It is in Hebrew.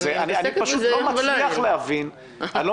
אני מתעסקת בזה יום וליל.